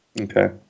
Okay